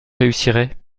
réussirez